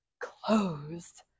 closed